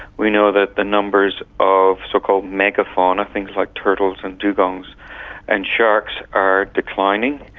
we know that the numbers of so-called megafauna, things like turtles and dugongs and sharks, are declining.